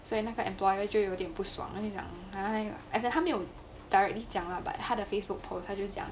所以那个 employer 就有点不爽他就讲 !huh! as like 他没有 directly 讲 lah but 他的 facebook post 他就讲